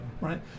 right